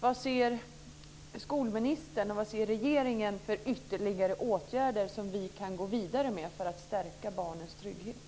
Vad ser skolministern och regeringen för ytterligare åtgärder som vi kan gå vidare med för att stärka barnens trygghet?